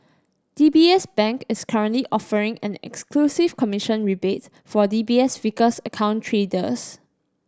D B S Bank is currently offering an exclusive commission rebate for D B S Vickers account traders